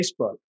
Facebook